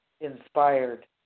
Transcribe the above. inspired